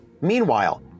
Meanwhile